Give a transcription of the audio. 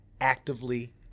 actively